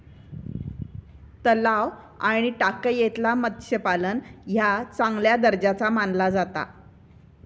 तलाव आणि टाकयेतला मत्स्यपालन ह्या चांगल्या दर्जाचा मानला जाता